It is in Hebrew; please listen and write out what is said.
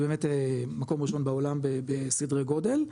זה באמת מקום ראשון בעולם בסדרי גודל,